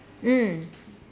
mm